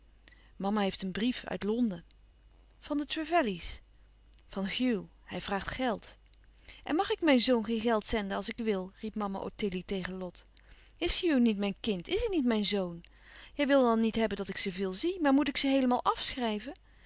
mama heeft een brief uit londen van de trevelley's van hugh hij vraagt geld en mag ik mijn zoon geen geld zenden als ik wil riep mama ottilie tegen lot is hugh niet mijn kind is hij niet mijn zoon jij wil al niet hebben dat ik ze veel zie maar moet ik ze heelemaal afschrijven